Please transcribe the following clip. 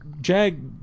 Jag